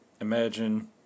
Imagine